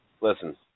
Listen